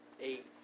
Eight